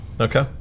Okay